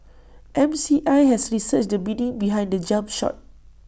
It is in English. M C I has researched the meaning behind the jump shot